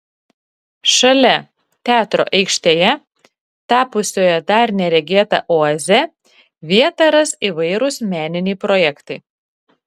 šalia teatro aikštėje tapusioje dar neregėta oaze vietą ras įvairūs meniniai projektai